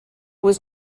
was